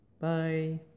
Bye